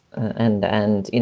and and you